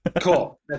Cool